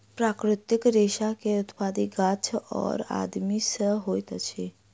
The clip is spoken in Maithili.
प्राकृतिक रेशा के उत्पत्ति गाछ और आदमी से होइत अछि